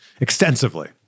extensively